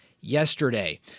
yesterday